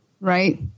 Right